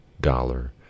dollar